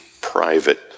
private